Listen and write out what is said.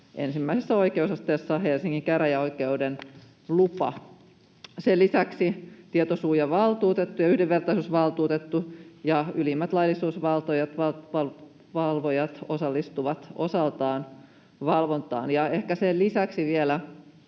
ensimmäisessä oikeusasteessa Helsingin käräjäoikeuden lupa. Sen lisäksi tietosuojavaltuutettu ja yhdenvertaisuusvaltuutettu ja ylimmät laillisuusvalvojat osallistuvat osaltaan valvontaan. Ehkä sen lisäksi vielä